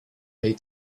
pay